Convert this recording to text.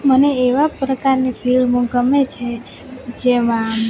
મને એવા પ્રકારની ફિલ્મો ગમે છે જેમાં